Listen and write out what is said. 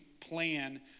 plan